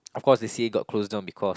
of course the c_c_a got closed down because